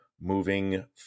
Moving